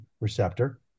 receptor